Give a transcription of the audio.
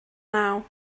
naw